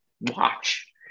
watch